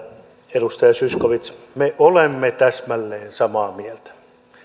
edustaja zyskowicz me olemme täsmälleen samaa mieltä